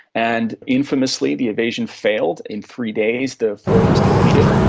and infamously the invasion failed. in three days the force was defeated.